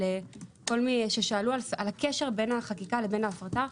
כל מי ששאלו על הקשר בין החקיקה לבין ההפרטה.